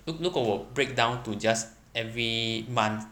如如果我 breakdown to just every month